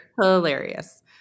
Hilarious